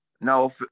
no